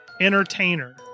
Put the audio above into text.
Entertainer